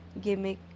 gimmick